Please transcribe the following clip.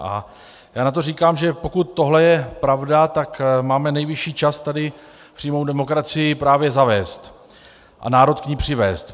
Já na to říkám, že pokud tohle je pravda, tak máme nejvyšší čas tady přímou demokracii právě zavést a národ k ní přivést.